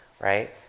right